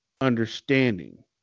understanding